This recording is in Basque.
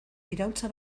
iraultza